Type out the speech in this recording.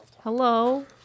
Hello